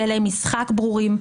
כללי משחק ברורים,